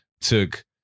took